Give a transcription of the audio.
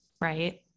Right